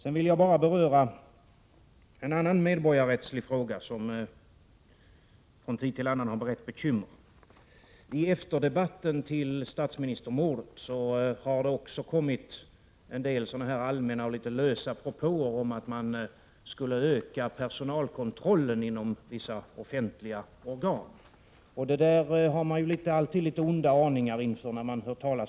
Jag vill också beröra en annan medborgarrättslig fråga som tid till annan har berett bekymmer. I efterdebatten till statsministermordet har det kommit en del allmänna och lösa propåer om att man skulle öka personalkontrollen inom vissa offentliga organ. När man hör talas om sådant har man alltid litet onda aningar.